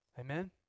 Amen